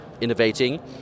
innovating